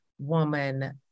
woman